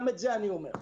גם את זה אני אומר.